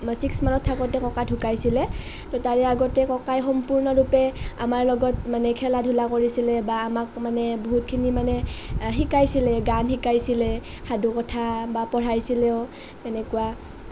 মই ছিক্সমানত থাকোঁতে ককা ঢুকাইছিলে ত' তাৰে আগতে ককাই সম্পূৰ্ণৰূপে আমাৰ লগত মানে খেলা ধূলা কৰিছিলে বা আমাক মানে বহুতখিনি মানে শিকাইছিলে গান গাইছিলে সাধু কথা বা পঢ়াইছিলেও তেনেকুৱা